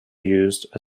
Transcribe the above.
used